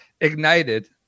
ignited